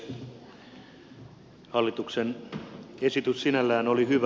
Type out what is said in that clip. hallituksen esitys sinällään oli hyvä